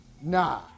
nah